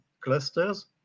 clusters